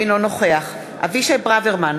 אינו נוכח אבישי ברוורמן,